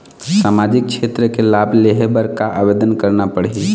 सामाजिक क्षेत्र के लाभ लेहे बर का आवेदन करना पड़ही?